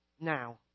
Now